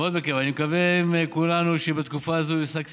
אני מקווה, כמו כולנו, שבתקופה זו יושג סיכום,